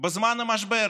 בזמן המשבר.